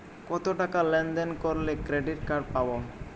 কতটাকা লেনদেন করলে ক্রেডিট কার্ড পাব?